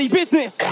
business